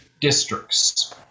districts